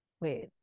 Wait